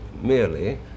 merely